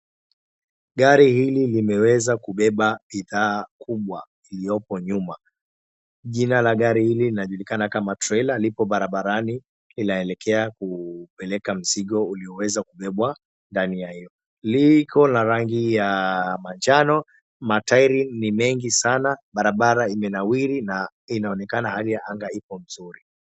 Gari hili limeweza kubeba bidhaa kubwa iliyopo nyuma. Jina la gari hili linajulikana kama trela liko barabarani inaelekea kupeleka mzigo uliyowekwa ndani. Liko na rangi ya manjano matairi ni mengi sana barabara imenawiri na inaonekana hali ya anga Iko vizuri sana.